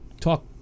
talk